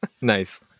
Nice